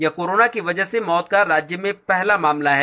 यह कोरोना की वजह से मौत का राज्य में पहला मामला है